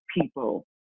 people